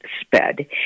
sped